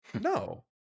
No